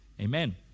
amen